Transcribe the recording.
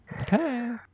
Okay